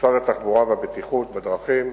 במשרד התחבורה והבטיחות בדרכים,